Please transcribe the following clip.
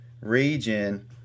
region